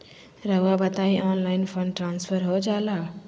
रहुआ बताइए online fund transfer हो जाला?